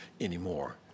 anymore